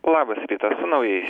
labas rytassu naujais